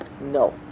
No